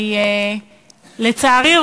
לצערי,